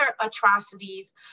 atrocities